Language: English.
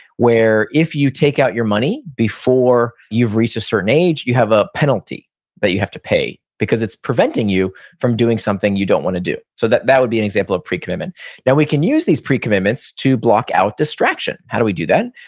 where if you take out your money before you've reached a certain age, you have a penalty that but you have to pay, because it's preventing you from doing something you don't want to do. so that that would be an example of precommitment now we can use these precommitments to block out distraction. how do we do that?